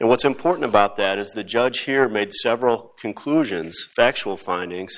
and what's important about that is the judge here made several conclusions factual findings